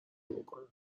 بکنم